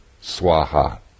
Swaha